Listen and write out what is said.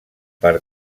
per